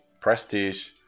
prestige